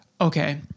Okay